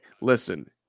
listen